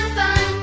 fun